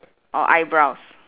or eyebrows